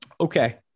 Okay